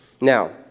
Now